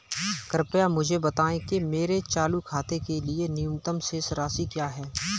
कृपया मुझे बताएं कि मेरे चालू खाते के लिए न्यूनतम शेष राशि क्या है?